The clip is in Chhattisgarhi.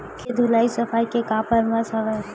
के धुलाई सफाई के का परामर्श हे?